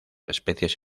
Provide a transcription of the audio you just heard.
especies